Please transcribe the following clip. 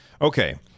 Okay